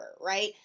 right